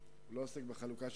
אם בכלל,